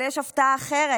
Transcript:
אבל יש הפתעה אחרת: